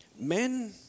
men